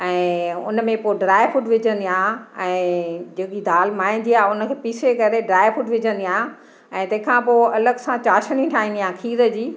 ऐं उनमें पोइ ड्राय फ़्रूट विझंदी आहियां ऐं छो की दालि माए जी आहे उनखे पीसे करे ड्राय फ़्रूट विझंदी आहियां ऐं तंहिंखां पोइ अलॻि सां चाशनी ठाहींदी आहियां खीर जी